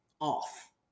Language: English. off